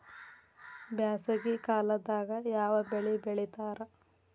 ಬ್ಯಾಸಗಿ ಕಾಲದಾಗ ಯಾವ ಬೆಳಿ ಬೆಳಿತಾರ?